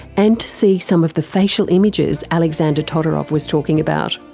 and to see some of the facial images alexander todorov was talking about.